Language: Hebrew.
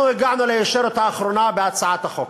אנחנו הגענו לישורת האחרונה בהצעת החוק.